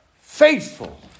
faithful